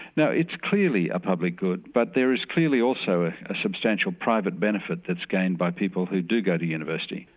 now it's clearly a public good but there is clearly also ah a substantial private benefit that's gained by people who do go to university,